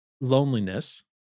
loneliness